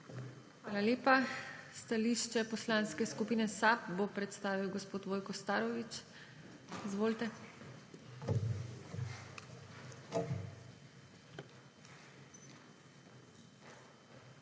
Hvala lepa. Stališče Poslanske skupine SAB bo predstavil gospod Vojko Starović. Izvolite. 35.